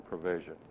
provision